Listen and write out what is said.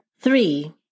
Three